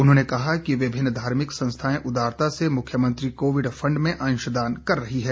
उन्होंने कहा कि विभिन्न धार्मिक संस्थाएं उदारता से मुख्यमंत्री कोविड फंड में अंशदान कर रही हैं